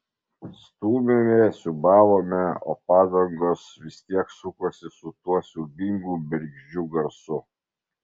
stūmėme siūbavome o padangos vis tiek sukosi su tuo siaubingu bergždžiu garsu